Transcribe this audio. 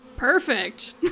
Perfect